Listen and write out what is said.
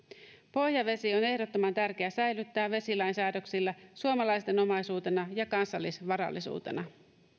pohjavesi on ehdottoman tärkeää säilyttää vesilain säädöksillä suomalaisten omaisuutena ja kansallisvarallisuutena